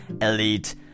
elite